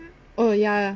oh ya